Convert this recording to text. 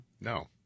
no